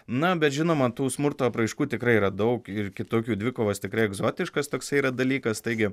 na bet žinoma tų smurto apraiškų tikrai yra daug ir kitokių dvikovos tikrai egzotiškas toksai yra dalykas taigi